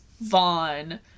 Vaughn